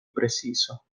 preciso